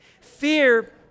Fear